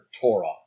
Torah